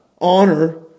honor